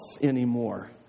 anymore